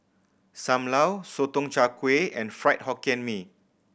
Sam Lau Sotong Char Kway and Fried Hokkien Mee